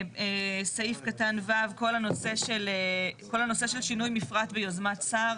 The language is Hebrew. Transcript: סעיף קטן (ו), כל הנושא של שינוי מפרט ויוזמת שר